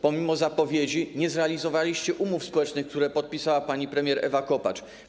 Pomimo zapowiedzi nie zrealizowaliście umów społecznych, które podpisała pani premier Ewa Kopacz.